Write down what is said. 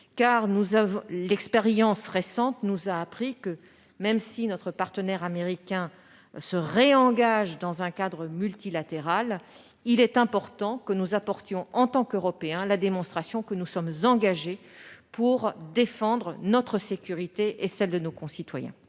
car l'expérience récente nous a appris que, même si notre partenaire américain se réengageait dans un cadre multilatéral, il était important que nous apportions, en tant qu'Européens, la démonstration de notre engagement pour défendre notre sécurité et celle de nos concitoyens.